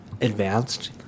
advanced